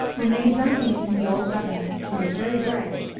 when they had done eating, the old governor, who was very gray,